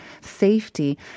safety